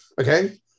Okay